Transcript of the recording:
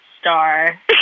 star